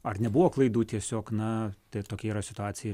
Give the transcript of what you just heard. ar nebuvo klaidų tiesiog na tai tokia yra situacija